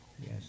Yes